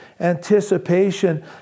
anticipation